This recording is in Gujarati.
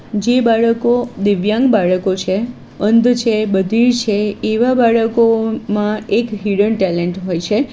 જે બાળકો દિવ્યાંગ બાળકો છે અંધ છે બધિર છે એવા બાળકોમાં એક હિડન ટેલેન્ટ હોય છે